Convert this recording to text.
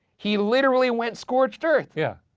he literally went scorched earth. yeah.